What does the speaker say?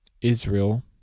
Israel